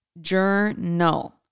Journal